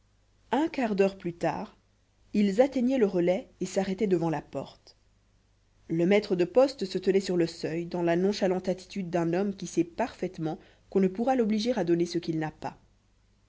un quart d'heure plus tard ils atteignaient le relais et s'arrêtaient devant la porte le maître de poste se tenait sur le seuil dans la nonchalante attitude d'un homme qui sait parfaitement qu'on ne pourra l'obliger à donner ce qu'il n'a pas